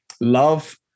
love